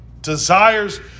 desires